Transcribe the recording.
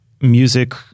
music